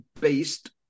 based